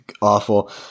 awful